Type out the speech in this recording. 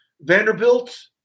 Vanderbilt